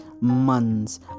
months